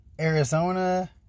Arizona